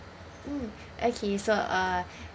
mm okay so uh